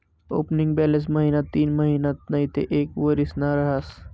opening balance महिना तीनमहिना नैते एक वरीसना रहास